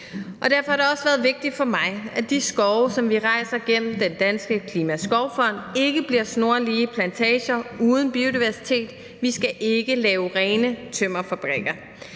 Derfor har det også været vigtigt for mig, at de skove, som vi rejser gennem Den Danske Klimaskovfond, ikke bliver snorlige plantager uden biodiversitet – vi skal ikke lave rene tømmerfabrikker.